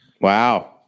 Wow